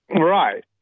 Right